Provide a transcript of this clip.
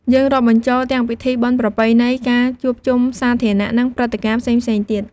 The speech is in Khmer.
យើងរាប់បញ្ចូលទាំងពិធីបុណ្យប្រពៃណី ការជួបជុំសាធារណៈ និងព្រឹត្តិការណ៍ផ្សេងៗទៀត។